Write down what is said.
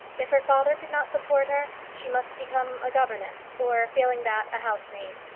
if her father could not support her, she must become a governess or, failing that, a housemaid.